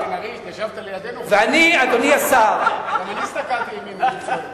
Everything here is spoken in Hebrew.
בן-ארי, התיישבת לידנו, גם אני הסתכלתי לימיני.